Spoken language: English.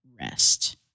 rest